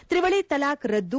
ತ್ರಿವಳಿ ತಲಾಖ್ ರದ್ದು